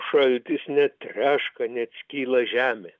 šaltis net treška net skyla žemė